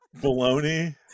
baloney